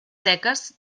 seques